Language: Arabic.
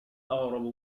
أغرب